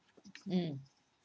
mm